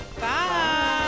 bye